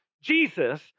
Jesus